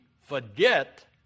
forget